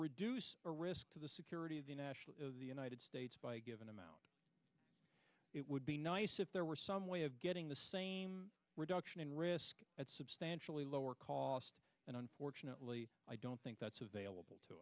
reduce the risk to the security of the national of the united states by a given amount it would be nice if there were some way of getting the same reduction in risk at substantially lower cost and unfortunately i don't think that's available to